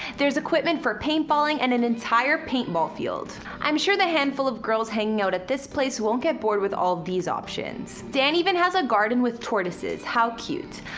there's equipment for paintballing and an entire paintball field i'm sure the handful of girls hanging out at this place won't get bored with all of these options. dan even has a garden with tortoises how cute.